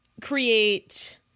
create